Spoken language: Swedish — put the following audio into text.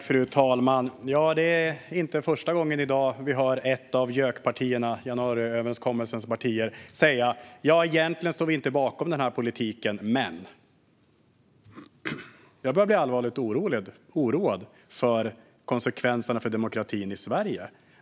Fru talman! Det är inte första gången i dag som vi hör ett av JÖK-partierna, alltså januariöverenskommelsens partier, säga: Egentligen står vi inte bakom den här politiken, men . Jag börjar bli allvarligt oroad för konsekvenserna för demokratin i Sverige.